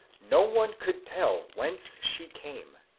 no one could tell whence she came,